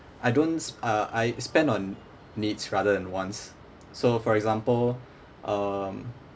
I don't s~ uh I spend on needs rather than wants so for example um